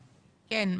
כן,